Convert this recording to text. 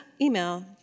email